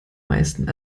meisten